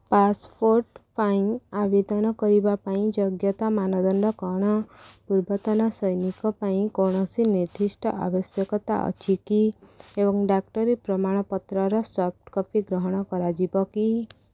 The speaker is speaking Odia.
ପାସପୋର୍ଟ୍ ପାଇଁ ଆବେଦନ କରିବା ପାଇଁ ଯୋଗ୍ୟତା ମାନଦଣ୍ଡ କ'ଣ ପୂର୍ବତନ ସୈନିକ ପାଇଁ କୌଣସି ନିର୍ଦ୍ଦିଷ୍ଟ ଆବଶ୍ୟକତା ଅଛି କି ଏବଂ ଡାକ୍ତରୀ ପ୍ରମାଣପତ୍ର ର ସଫ୍ଟକପି ଗ୍ରହଣ କରାଯିବ କି